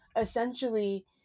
essentially